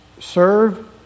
serve